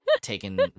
taken